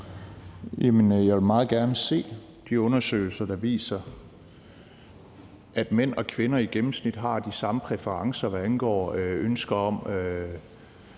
Jeg vil meget gerne se de undersøgelser, der viser, at mænd og kvinder i gennemsnit har de samme præferencer, altså at der er